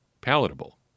palatable